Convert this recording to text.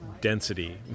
density